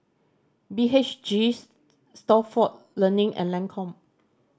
B H G Stalford Learning and Lancome